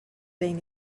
being